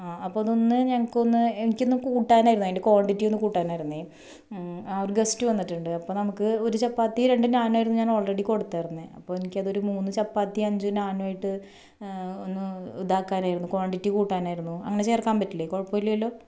ആ അപ്പം അതൊന്ന് ഞങ്ങൾക്കൊന്ന് എനിക്കൊന്ന് കൂട്ടാനായിരുന്നു അതിൻ്റെ ക്വാണ്ടിറ്റി ഒന്ന് കൂട്ടാനായിരുന്നേ ആ ഒരു ഗസ്റ്റ് വന്നിട്ടുണ്ട് അപ്പം നമുക്ക് ഒരു ചപ്പാത്തി രണ്ട് നാൻ ആയിരുന്നു ഞാൻ ഓൾറെഡി കൊടുത്തിരുന്നത് അപ്പം എനിക്കതൊരു മൂന്ന് ചപ്പാത്തി അഞ്ച് നാനായിട്ട് ഒന്ന് ഇതാക്കാനായിരുന്നു ക്വാണ്ടിറ്റി കൂട്ടാനായിരുന്നു അങ്ങനെ ചേർക്കാൻ പറ്റില്ലേ കുഴപ്പമില്ലല്ലോ